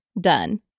done